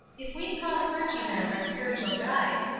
if we call clergymen our spiritual guides,